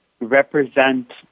represent